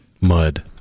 Mud